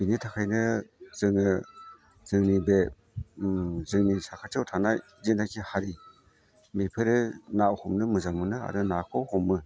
बेनि थाखायनो जोङो जोंनि बे जोंनि साखाथियाव थानाय जिनाखि हारि बेफोरो नाखौ हमनो मोजां मोनो आरो नाखौ हमो